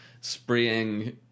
spraying